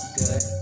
good